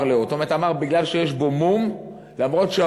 אמר להו, זאת אומרת,